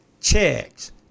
checks